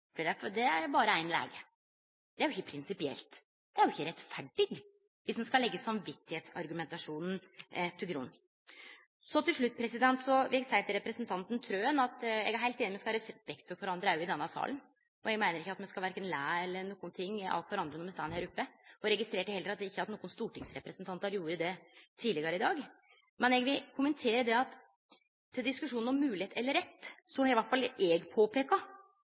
for der er det berre ein lege. Det er jo ikkje prinsipielt, det er jo ikkje rettferdig, dersom ein skal leggje samvitsargumentasjonen til grunn. Til slutt vil eg seie til representanten Trøen at eg er heilt einig i at me skal ha respekt for kvarandre òg i denne salen. Eg meiner at me verken skal le av kvarandre eller gjere noko anna når me står her oppe. Eg registrerte heller ikkje at nokre stortingsrepresentantar gjorde det tidlegare i dag. Men til diskusjonen om moglegheit eller rett har iallfall eg påpeikt at poenget er at